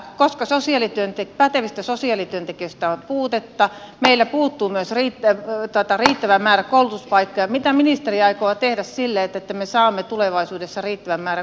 koska pätevistä sosiaalityöntekijöistä on puutetta ja meillä puuttuu myös riittävä määrä koulutuspaikkoja niin mitä ministeri aikoo tehdä sille että me saamme tulevaisuudessa riittävän määrän koulutuspaikkoja sosiaalityöntekijöille